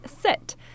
sit